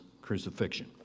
crucifixion